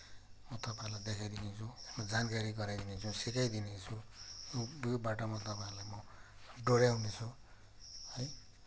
म तपाईँहरूलाई देखाइदिनेछु जानकारी गराइदिनेछु सिकाइदिनेछु यो बाटोमा म तपाईँहरूलाई डोऱ्याउने छु है